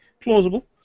Plausible